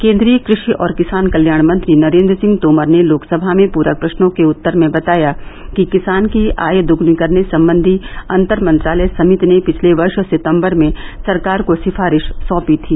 केन्द्रीय क्रषि और किसान कल्याण मंत्री नरेन्द्र सिंह तोमर ने लोकसभा में पूरक प्रश्नों के उत्तर में बताया कि किसाने की आय दुगुनी करने संबंधी अंतर मंत्रालय समिति ने पिछले वर्ष सितम्बर में सरकार को सिफारिश सौंपी थी